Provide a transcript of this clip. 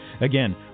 Again